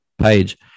page